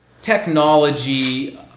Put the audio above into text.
technology